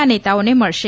ના નેતાઓને મળશે